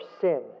sin